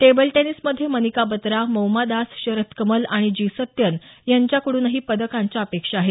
table टेनिसमध्ये मनिका बत्रा मौमा दास शरथ कमल आणि G Sathiyan यांच्याकड्रनही पदकांच्या अपेक्षा आहेत